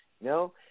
no